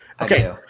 Okay